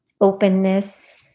openness